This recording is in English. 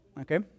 Okay